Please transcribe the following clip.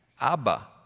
Abba